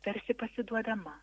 tarsi pasiduodama